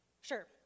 Sure